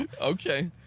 Okay